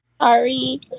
Sorry